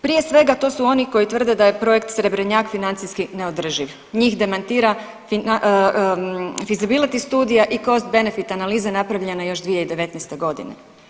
Prije svega to su oni koji tvrde da je projekt Srebrnjak financijski neodrživ, njih demantira Feasibility studija i cost benefit analiza napravljena još 2019. godine.